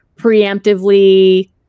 preemptively